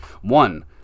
One